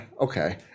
okay